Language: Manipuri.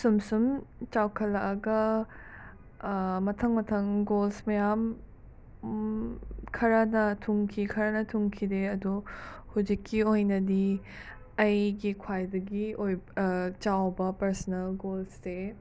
ꯁꯨꯝ ꯁꯨꯝ ꯆꯥꯎꯈꯠꯂꯛꯑꯒ ꯃꯊꯪ ꯃꯊꯪ ꯒꯣꯜꯁ ꯃꯌꯥꯝ ꯈꯔꯅ ꯊꯨꯡꯈꯤ ꯈꯔꯅ ꯈꯨꯡꯈꯤꯗꯦ ꯑꯗꯣ ꯍꯧꯖꯤꯛꯀꯤ ꯑꯣꯏꯅꯗꯤ ꯑꯩꯒꯤ ꯈ꯭ꯋꯥꯏꯗꯒꯤ ꯆꯥꯎꯕ ꯄꯔꯁꯣꯅꯦꯜ ꯒꯣꯜꯁꯦ